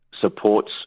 supports